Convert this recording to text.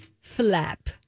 Flap